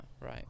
right